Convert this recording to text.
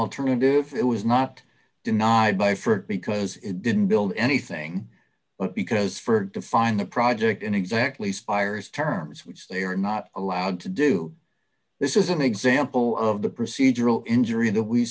alternative it was not denied by for it because it didn't build anything but because for defined the project in exactly spiers terms which they are not allowed to do this is an example of the procedural injury that we